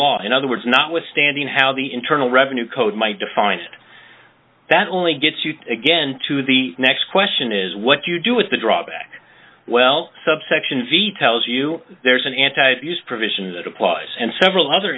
law in other words notwithstanding how the internal revenue code might define that only gets you again to the next question is what do you do with the drawback well subsection v tells you there's an anti abuse provision that applies and several other